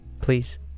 Please